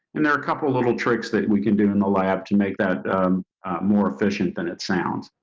and there are a couple of little tricks that we could do in the lab to make that more efficient than it sounds.